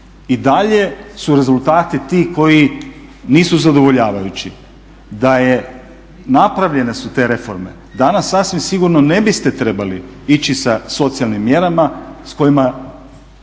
i dalje su rezultati ti koji nisu zadovoljavajući. Da su napravljene te reforme danas sasvim sigurno ne biste trebali ići sa socijalnim mjerama sa kojima